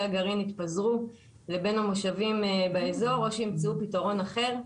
הגרעין יפוזרו בין המושבים באזור או שימצאו פתרון אחר.